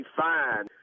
fine